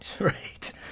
Right